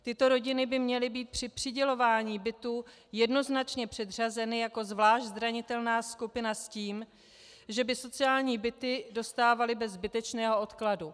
Tyto rodiny by měly být při přidělování bytů jednoznačně předřazeny jako zvlášť zranitelná skupina s tím, že by sociální byty dostávaly bez zbytečného dokladu.